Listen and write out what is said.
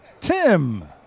Tim